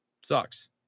sucks